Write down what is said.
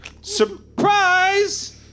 Surprise